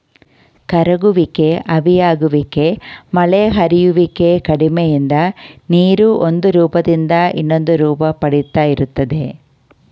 ಕರಗುವಿಕೆ ಆವಿಯಾಗುವಿಕೆ ಮಳೆ ಹರಿಯುವಿಕೆ ಕಡೆಯಿಂದ ನೀರು ಒಂದುರೂಪ್ದಿಂದ ಇನ್ನೊಂದುರೂಪ ಪಡಿತಾ ಇರ್ತದೆ